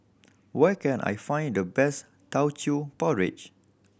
where can I find the best Teochew Porridge